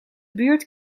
buurt